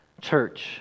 church